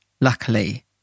Luckily